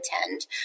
attend